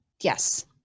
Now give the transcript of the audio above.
yes